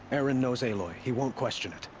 erend knows aloy, he won't question it.